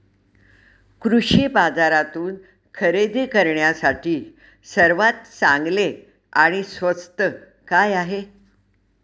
कृषी बाजारातून खरेदी करण्यासाठी सर्वात चांगले आणि स्वस्त काय आहे?